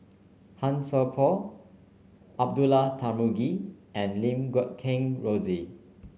Han Sai Por Abdullah Tarmugi and Lim Guat Kheng Rosie